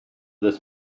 this